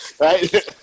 right